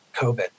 COVID